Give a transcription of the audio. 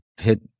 hit